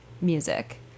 music